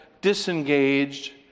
disengaged